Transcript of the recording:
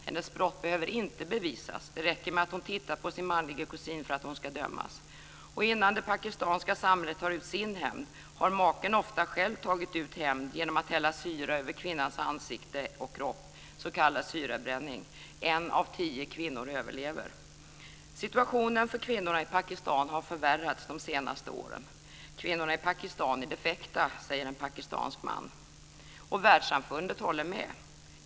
Hennes brott behöver inte bevisas. Det räcker med att att hon tittat på sin manlige kusin för att hon ska dömas. Innan det pakistanska samhället tar ut sin hämnd har maken ofta själv tagit ut hämnd genom att hälla syra över kvinnans ansikte och kropp, s.k. syrabränning. En av tio kvinnor överlever detta. Situationen för kvinnorna i Pakistan har förvärrats de senaste åren. "Kvinnorna i Pakistan är defekta", säger en pakistansk man. Och världssamfundet håller med.